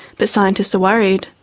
but scientists are worried.